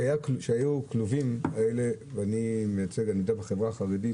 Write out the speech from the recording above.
אני יודע שהחברה החרדית